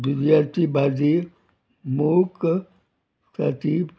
दुदयाची भाजी मोक काची